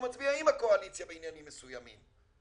מצביע עם הקואליציה בעניינים מסוימים,